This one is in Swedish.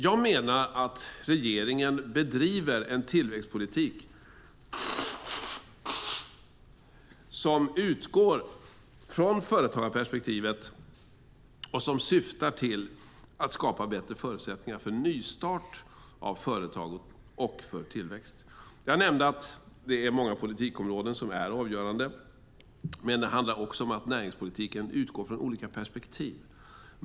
Jag menar att regeringen bedriver en tillväxtpolitik som utgår från företagarperspektivet och som syftar till att skapa bättre förutsättningar för nystart av företag och för tillväxt. Jag nämnde att det är många politikområden som är avgörande, men det handlar också om att näringspolitiken utgår från olika perspektiv.